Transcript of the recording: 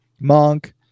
Monk